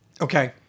Okay